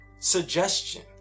suggestion